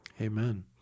amen